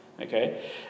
Okay